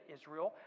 Israel